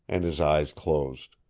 and his eyes closed.